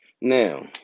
Now